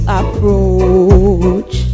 approach